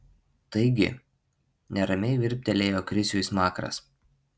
taigi neramiai virptelėjo krisiui smakras